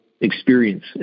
experience